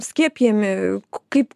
skiepijami kaip